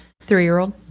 three-year-old